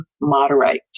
moderate